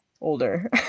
older